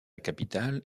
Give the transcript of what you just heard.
capitale